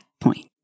point